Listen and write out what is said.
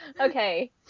okay